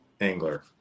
angler